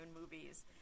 movies